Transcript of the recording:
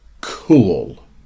cool